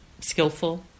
skillful